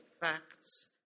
facts